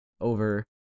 over